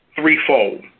threefold